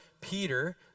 Peter